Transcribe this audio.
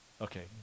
Okay